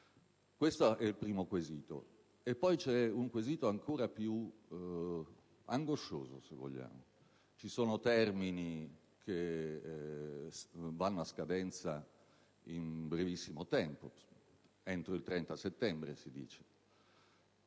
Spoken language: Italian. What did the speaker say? Questo è il primo quesito. Poi c'è un quesito ancora più angoscioso, se vogliamo: ci sono termini che vanno a scadenza in brevissimo tempo (si dice entro il 30 settembre), non